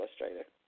illustrator